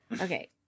Okay